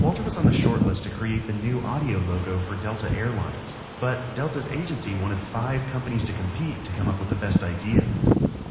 walter was on the short list to create the new audio logo for delta airlines. but, delta's agency wanted five companies to compete to come up with the best idea